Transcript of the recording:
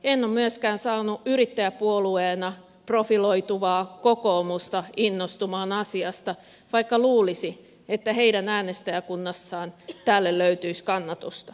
en ole myöskään saanut yrittäjäpuolueena profiloituvaa kokoomusta innostumaan asiasta vaikka luulisi että heidän äänestäjäkunnassaan tälle löytyisi kannatusta